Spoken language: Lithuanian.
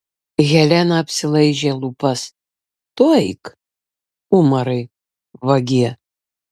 helena apsilaižė lūpas tu eik umarai vagie